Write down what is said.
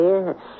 Yes